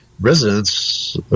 residents